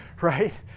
right